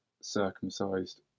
circumcised